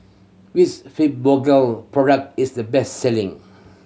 which Fibogel product is the best selling